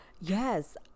Yes